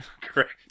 correct